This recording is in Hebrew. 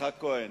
יצחק כהן.